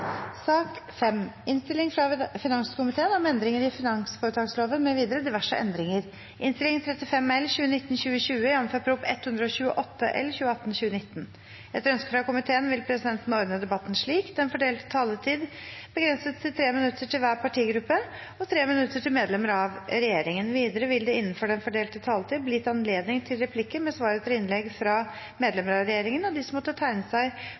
slik: Den fordelte taletid begrenses til 3 minutter til hver partigruppe og 3 minutter til medlemmer av regjeringen. Videre vil det – innenfor den fordelte taletid – bli gitt anledning til replikker med svar etter innlegg fra medlemmer av regjeringen, og de som måtte tegne seg